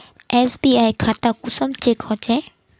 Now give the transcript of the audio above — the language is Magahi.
एस.बी.आई खाता कुंसम चेक होचे?